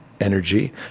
energy